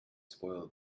spoil